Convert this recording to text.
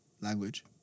language